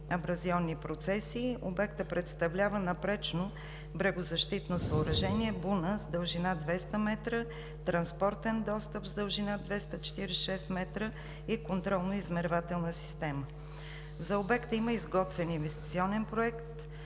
абразионни процеси и обектът представлява напречно брегозащитно съоръжение – буна с дължина 200 м, транспортен достъп с дължина 246 м и контролно-измервателна система. За обекта има изготвен Инвестиционен проект,